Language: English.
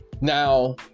Now